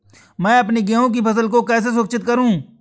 मैं अपनी गेहूँ की फसल को कैसे सुरक्षित करूँ?